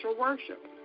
worship